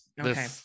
okay